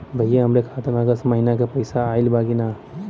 भईया हमरे खाता में अगस्त महीना क पैसा आईल बा की ना?